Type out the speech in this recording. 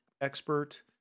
expert